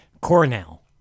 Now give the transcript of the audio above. Cornell